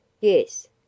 Yes